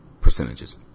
percentages